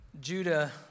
Judah